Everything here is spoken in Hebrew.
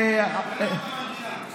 איזו מנגינה אתה מכיר?